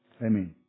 Amen